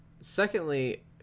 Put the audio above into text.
Secondly